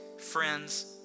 Friends